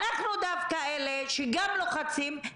אנחנו דווקא אלה שגם לוחצים,